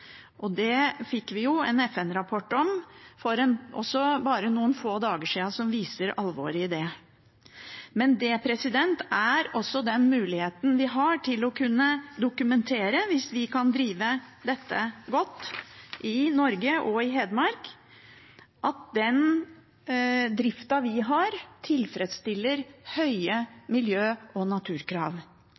Det fikk vi – også for bare noen få dager siden – en FN-rapport som viser alvoret i. Men det er også den muligheten vi har til å kunne dokumentere – hvis vi kan drive dette godt i Norge og i Hedmark – at den driften vi har, tilfredsstiller høye miljø- og naturkrav.